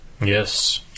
Yes